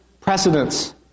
precedence